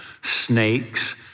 snakes